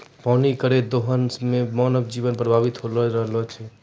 पानी केरो दोहन सें मानव जीवन प्रभावित होय रहलो छै